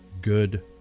good